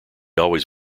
always